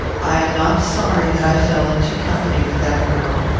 i am not sorry that i fell into company with that girl.